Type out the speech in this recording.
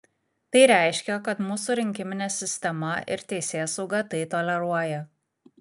tai reiškia kad mūsų rinkiminė sistema ir teisėsauga tai toleruoja